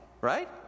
right